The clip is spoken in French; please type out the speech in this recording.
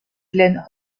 glenn